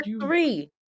three